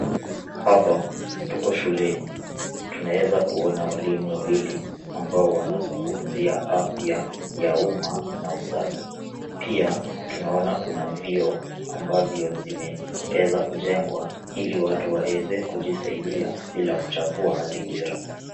Hapa tuko shuleni. Tunaeza kuona walimu wawili ambao wanazungumzia afya ya umma na usafi. Pia, tunaona kuna vyoo ambazo zimeeza kujengwa , ili watu waeze kujisaidia bila kuchafua mazingira.